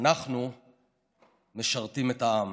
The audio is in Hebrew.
אנחנו משרתים את העם".